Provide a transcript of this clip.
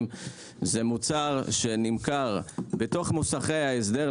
- זה מוצר שנמכר בתוך מוסכי ההסדר.